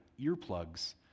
earplugs